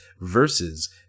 versus